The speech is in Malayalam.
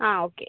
ആ ഓക്കെ